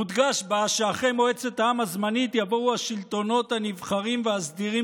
מודגש בה שאחרי מועצת העם הזמנית יבואו השלטונות הנבחרים והסדירים